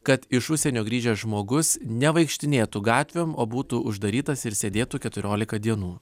kad iš užsienio grįžęs žmogus nevaikštinėtų gatvėm o būtų uždarytas ir sėdėtų keturiolika dienų